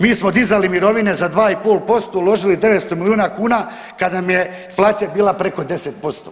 Mi smo dizali mirovine za 2,5%, uložili 900 milijuna kuna kada nam je inflacija bila preko 10%